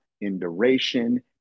induration